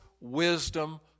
wisdom